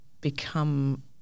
become